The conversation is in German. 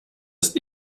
ist